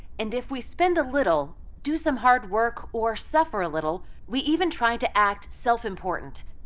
and if we spend a little, do some hard work, or suffer a little, we even try to act self-important,